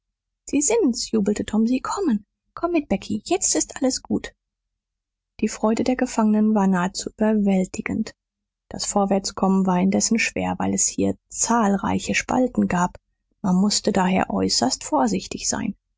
sie sind's jubelte tom sie kommen komm mit becky jetzt ist alles gut die freude der gefangenen war nahezu überwältigend das vorwärtskommen war indessen schwer weil es hier zahlreiche spalten gab man mußte daher äußerst vorsichtig sein